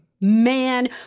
man